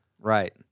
Right